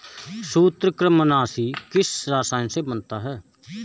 सूत्रकृमिनाशी किस रसायन से बनता है?